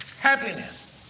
happiness